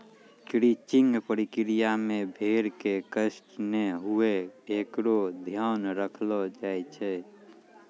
crutching प्रक्रिया मे भेड़ क कष्ट नै हुये एकरो ध्यान रखलो जाय छै